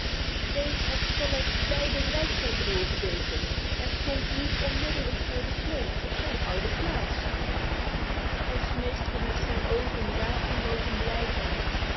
dave had sol leks beide leidsels doorgebeten en stond nu onmiddellijk voor de slee op zijn oude plaats hij smeekte met zijn ogen daar te mogen blijven